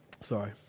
Sorry